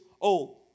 old